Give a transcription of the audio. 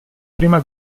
prima